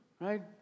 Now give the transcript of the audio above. right